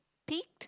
pique